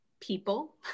people